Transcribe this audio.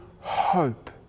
hope